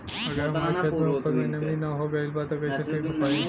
अगर हमार खेत में उपज में नमी न हो गइल बा त कइसे ठीक हो पाई?